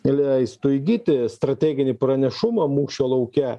leistų įgyti strateginį pranešumą mūšio lauke